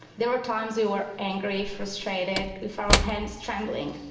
there were times we were angry, frustrated, with our our hands trembling.